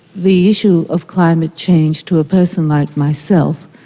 the issue of climate change to a person like myself,